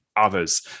others